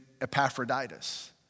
Epaphroditus